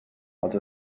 els